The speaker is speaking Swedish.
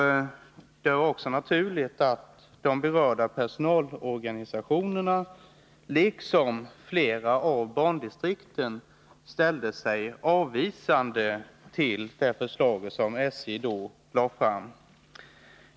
Det var också naturligt att de berörda personalorganisationerna, liksom flera av bandistrikten, ställde sig avvisande till det förslag som SJ då lade fram.